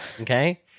okay